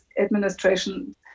administration